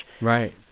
Right